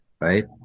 Right